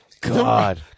God